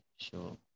sure